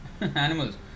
animals